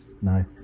No